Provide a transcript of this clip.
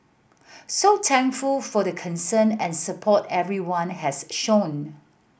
so thankful for the concern and support everyone has shown